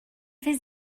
his